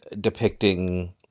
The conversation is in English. depicting